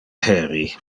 heri